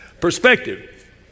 Perspective